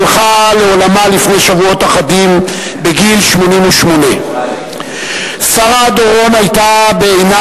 שהלכה לעולמה לפני שבועות אחדים בגיל 88. שרה דורון היתה בעיני